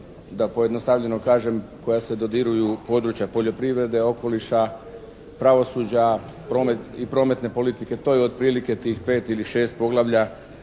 da pojednostavljeno kažem, koja se dodiruju u područja poljoprivrede, okoliša, pravosuđa, promet i prometne politike. To je otprilike tih 5 ili 6 poglavlja